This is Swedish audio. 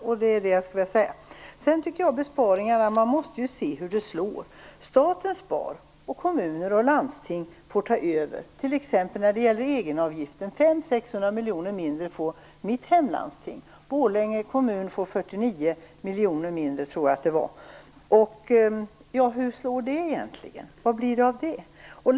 När det gäller besparingarna måste man ju se hur de slår. Staten spar och kommuner och landsting får ta över, t.ex. när det gäller egenavgiften. Mitt hemlandsting får 500-600 miljoner mindre. Borlänge kommun får 49 miljoner mindre, tror jag. Hur slår det?